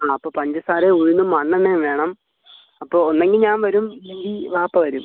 ആ അപ്പോൾ പഞ്ചസാരേം ഉഴുന്നും മണ്ണെണ്ണേമ് വേണം അപ്പോൾ ഒന്നെങ്കിൽ ഞാൻ വരും ഇല്ലെങ്കിൽ വാപ്പ വരും